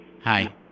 Hi